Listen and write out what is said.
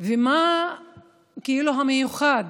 ומה כאילו המיוחד